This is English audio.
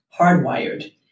hardwired